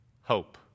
Hope